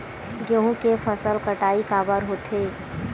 गेहूं के फसल कटाई काबर होथे?